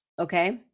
okay